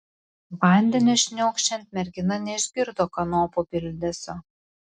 vandeniui šniokščiant mergina neišgirdo kanopų bildesio